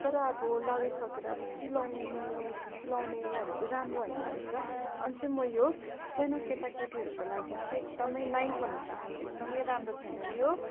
तर आबो लगाइसकेर अब चिलाउनु चिलाउनेहरू चैँ राम्रो होइन रहेछ अनि चाहिँ म यो सानो केटाकेटीहरूको लागि चाहिँ एकदमै नाइ भन्नु चाहन्छु एकदमै राम्रो छैन यो